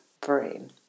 brain